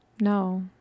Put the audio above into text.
No